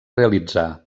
realitzar